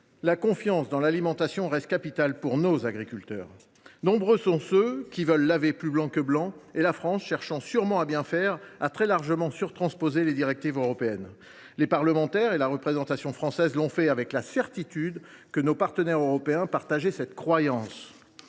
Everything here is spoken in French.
La confiance dans l’alimentation reste capitale pour nos agriculteurs. Nombreux sont ceux qui veulent laver plus blanc que blanc et la France, cherchant sûrement à bien faire, a très largement surtransposé les directives européennes. Les parlementaires et la représentation nationale l’ont fait avec la certitude que nos partenaires européens partageaient cette croyance.